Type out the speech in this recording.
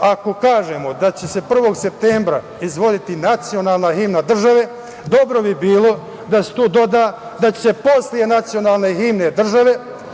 Ako kažemo da će se 1. septembra izvoditi nacionalna himna države, dobro bi bilo da se tu doda da će se posle nacionalne himne države